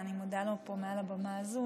ואני מודה לו פה מעל הבמה הזאת,